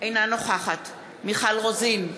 אינה נוכחת מיכל רוזין,